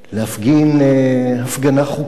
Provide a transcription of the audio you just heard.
להפגין הפגנה חוקית,